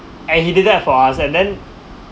and he did that for us and then